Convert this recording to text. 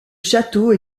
château